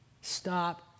Stop